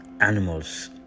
animals